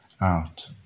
Out